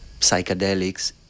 psychedelics